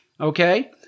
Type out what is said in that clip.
okay